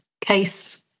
case